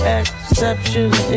exceptions